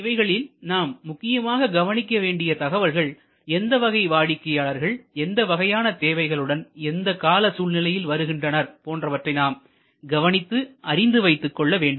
இவைகளில் நாம் முக்கியமாக கவனிக்க வேண்டிய தகவல்கள் எந்த வகை வாடிக்கையாளர்கள் எந்த வகையான தேவைகளுடன் எந்த கால சூழ்நிலையில் வருகின்றனர் போன்றவற்றை நாம் கவனித்து அறிந்து வைத்துக் கொள்ள வேண்டும்